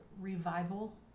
revival